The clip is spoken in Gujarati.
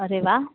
અરે વાહ